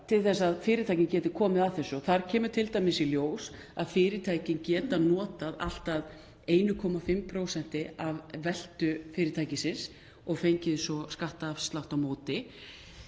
til þess að fyrirtækin geti komið að þessu. Þar kemur t.d. í ljós að fyrirtæki geta notað allt að 1,5% af veltu sinni og fengið skattafslátt á móti,